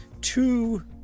two